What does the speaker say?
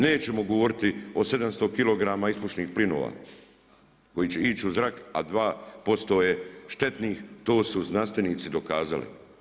Nećemo govoriti o 700 kilograma ispušnih plinova koji će ići u zrak a 2% je štetnih, to su znanstvenici dokazali.